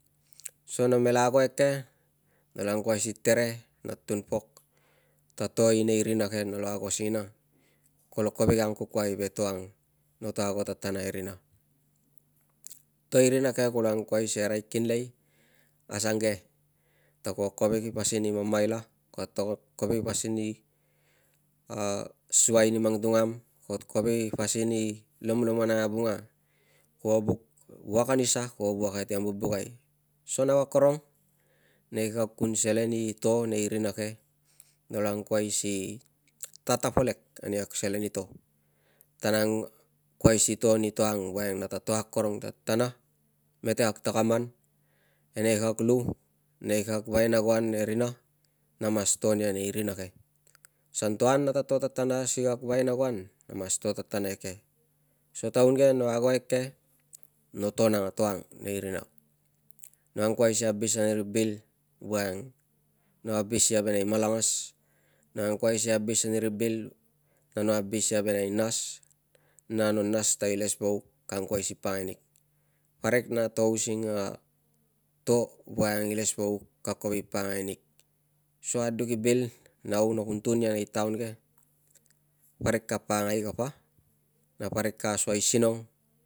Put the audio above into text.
So namela ago eke nolo angkuai si tere na tun pok ta to i nei rina ke nolo ago singina kolo kovek i angkokuai ve to ang noto ago tatana e rina. To i rina ke kula angkuai si arai kinlei asuangke ta ko kovek i pasin i mamaila, ko atogon kovek i pasin i suai ni mang tungam, ko kovek i pasin i lomlomonai avunga, kuo buk wuak anisa kuo wuak ia si kam vubukai. So nau akorong nei kag kun selen i to nei rina ke, nolo angkuai si tatapolek ani kag selen i to na angkuai si to ani to ang voiang nata to akorong tatana mete kag takaman e nei kag kag lu, e nei kag vainagoan e rina, na mas to nia nei rina ke. San to nata to tatana si kag vainagoan na mas to tatana eke. So taun ke no ago eke, no to nang a to nei rina. No angkuai si abis ani ri bil voiang no abis ia venei ni malangas, no angkuai si abis ani ri bil na no abis ia venai nas na no nas ta ilesvauk ka angkuai si pakangai nig. Parik na to using a to voiang ilesvauk ka kovek i pakangai nig so aduk i bil na no kun tun ia nei taun ke parik ka pakangai kapa na parik ka suai sinong